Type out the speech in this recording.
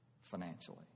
Financially